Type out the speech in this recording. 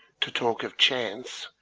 to talk of chance,